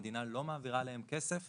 המדינה לא מעבירה אליהן כסף.